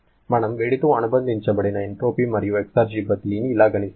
మనము వేడితో అనుబంధించబడిన ఎంట్రోపీ మరియు ఎక్సర్జి బదిలీని ఇలా గణిస్తాము